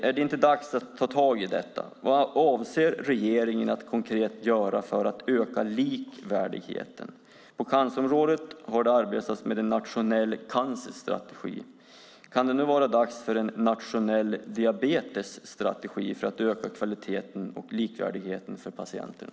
Är det inte dags att ta tag i detta? Vad avser regeringen att göra konkret för att öka likvärdigheten? På cancerområdet har man arbetat med en nationell cancerstrategi. Kan det nu vara dags för en nationell diabetesstrategi för att öka kvaliteten och likvärdigheten för patienterna?